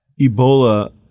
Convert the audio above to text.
Ebola